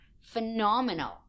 phenomenal